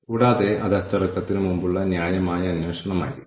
കൂടാതെ ഇതിന്റെ അടിസ്ഥാനത്തിൽ നമ്മൾ ഇവിടെ എല്ലാം വിലയിരുത്തുന്നു